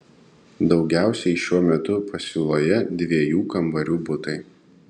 daugiausiai šiuo metu pasiūloje dviejų kambarių butai